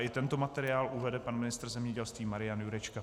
I tento materiál uvede pan ministr zemědělství Marian Jurečka.